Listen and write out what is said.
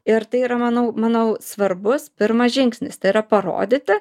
ir tai yra manau manau svarbus pirmas žingsnis tai yra parodyti